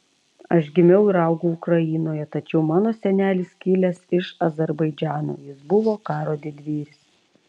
aš gimiau ir augau ukrainoje tačiau mano senelis kilęs iš azerbaidžano jis buvo karo didvyris